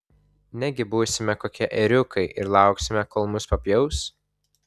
negi būsime kokie ėriukai ir lauksime kol mus papjaus